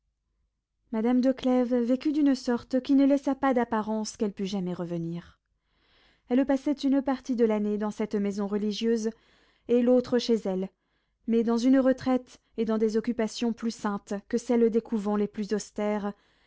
madame de clèves vécut d'une sorte qui ne laissa pas d'apparence qu'elle pût jamais revenir elle passait une partie de l'année dans cette maison religieuse et l'autre chez elle mais dans une retraite et dans des occupations plus saintes que celles des couvents les plus austères